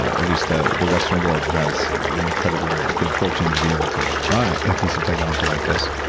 at least the the western world who has the incredible good fortune to be able to buy a piece of technology like this,